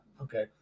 Okay